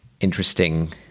interesting